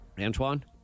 Antoine